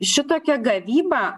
šitokia gavyba